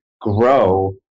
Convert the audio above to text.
grow